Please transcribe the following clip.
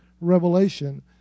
revelation